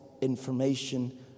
information